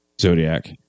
Zodiac